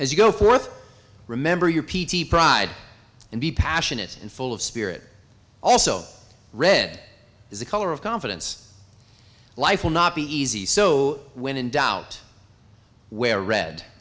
as you go forth remember your pride and be passionate and full of spirit also red is the color of confidence life will not be easy so when in doubt wear red